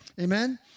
Amen